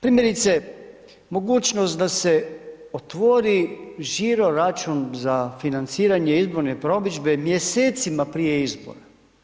Primjerice, mogućnost da se otvori žiro račun za financiranje izborne promidžbe mjesecima prije izbora.